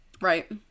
right